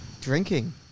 Drinking